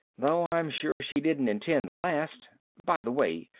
though i'm sure she didn't intend the last. by the way,